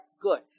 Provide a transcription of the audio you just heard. good